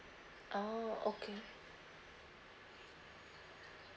orh okay